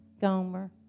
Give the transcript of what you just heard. Gomer